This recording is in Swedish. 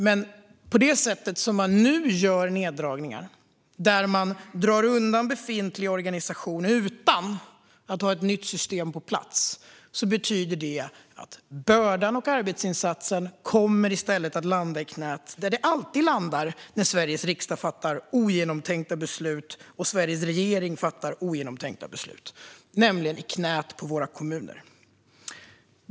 Men det sätt som man nu gör neddragningar på där man drar undan befintlig organisation utan att ha ett nytt system på plats innebär att bördan och arbetsinsatsen i stället kommer att landa där de alltid landar när Sveriges riksdag och regering fattar ogenomtänkta beslut, nämligen i knät på våra kommuner.